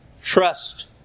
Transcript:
trust